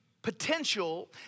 Potential